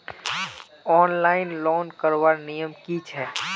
Online loan करवार नियम की छे?